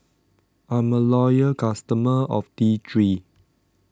I'm a loyal customer of T three